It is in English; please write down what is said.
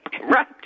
Right